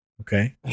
Okay